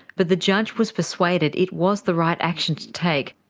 but the judge was persuaded it was the right action to take.